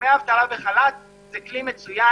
דמי אבטלה בחל"ת הם כלי מצוין